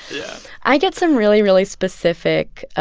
yeah i get some really, really specific